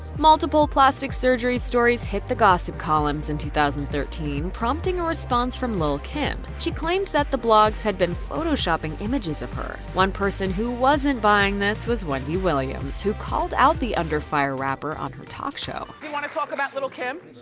multiple plastic surgery stories hit the gossip columns in two thousand and thirteen, prompting a response from lil kim she claimed that the blogs had been photoshopping images of her. one person who wasn't buying this was wendy williams, who called out the under-fire rapper on her talk show. do you want to talk about lil kim?